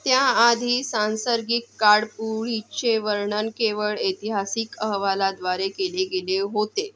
त्याआधी सांसर्गिक काडपुळीचे वर्णन केवळ ऐतिहासिक अहवालाद्वारे केले गेले होते